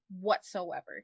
whatsoever